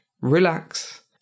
relax